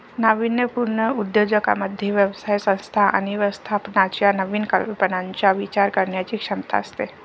नाविन्यपूर्ण उद्योजकांमध्ये व्यवसाय संस्था आणि व्यवस्थापनाच्या नवीन कल्पनांचा विचार करण्याची क्षमता असते